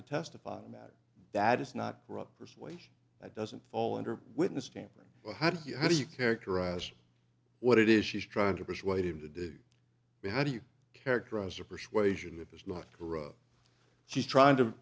to testify that that is not corrupt persuasion that doesn't fall under witness tampering but how do you how do you characterize what it is she's trying to persuade him to do with how do you characterize your persuasion if it's not corrupt she's trying to